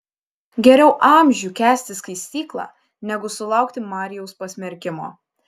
geriau amžių kęsti skaistyklą negu sulaukti marijaus pasmerkimo